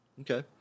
Okay